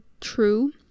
true